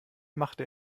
machte